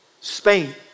Spain